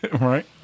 Right